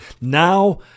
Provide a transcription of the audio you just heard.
Now